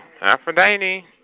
Aphrodite